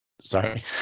sorry